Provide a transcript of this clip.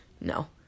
No